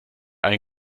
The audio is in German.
ein